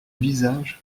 visage